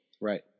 Right